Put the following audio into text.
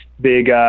big